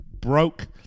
broke